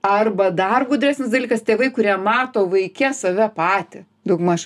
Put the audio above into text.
arba dar gudresnis dalykas tėvai kurie mato vaike save patį daugmaž